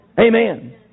Amen